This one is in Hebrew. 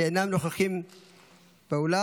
שאינם נוכחים באולם.